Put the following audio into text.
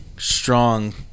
strong